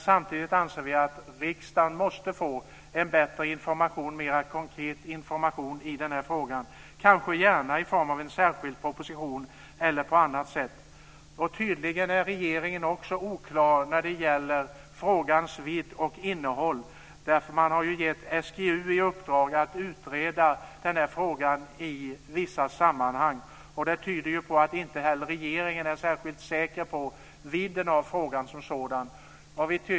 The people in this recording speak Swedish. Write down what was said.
Samtidigt anser vi att riksdagen måste få en bättre och mer konkret information i den här frågan, gärna i form av en särskild proposition eller på annat sätt. Tydligen är regeringen också oklar när det gäller frågans vidd och innehåll, för man har gett SGU i uppdrag att utreda den här frågan i vissa sammanhang. Det tyder på att inte heller regeringen är särskilt säker på vidden av frågan som sådan.